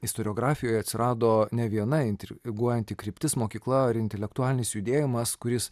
istoriografijoj atsirado ne viena intriguojanti kryptis mokykla ar intelektualinis judėjimas kuris